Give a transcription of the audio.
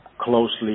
closely